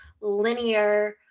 linear